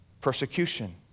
persecution